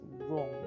wrong